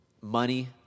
money